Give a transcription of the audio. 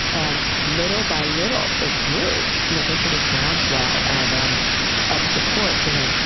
and little by little, it grew, you know, into this groundswell of um of support for like,